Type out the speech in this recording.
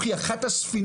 המכונה בפי